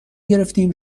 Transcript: گرفتیم